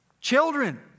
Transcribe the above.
children